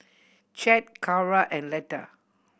Chet Cara and Letta